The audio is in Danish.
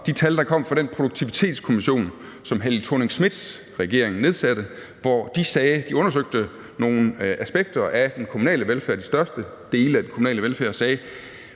de tal, der kom fra den Produktivitetskommission, som Helle Thorning-Schmidts regering nedsatte. De undersøgte nogle aspekter af den kommunale velfærd, de største dele af den kommunale velfærd, og sagde,